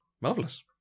Marvelous